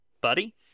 buddy